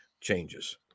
changes